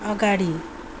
अगाडि